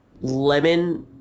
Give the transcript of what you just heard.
lemon